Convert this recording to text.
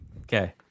Okay